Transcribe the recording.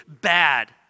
bad